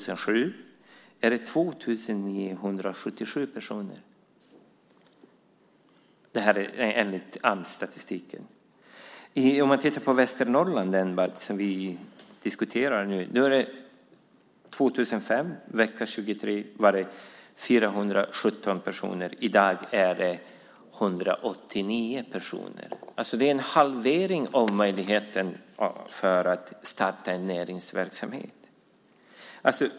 Vecka 23 år 2005 var det 417 personer i Västernorrland som fick denna möjlighet. I dag är det 189 personer. Det är en halvering av möjligheten att starta näringsverksamhet.